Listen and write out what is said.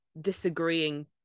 disagreeing